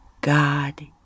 God